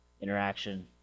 interaction